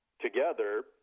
together